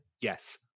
Yes